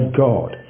god